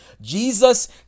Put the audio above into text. Jesus